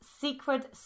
secret